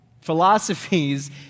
philosophies